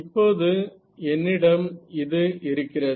இப்போது என்னிடம் இது இருக்கிறது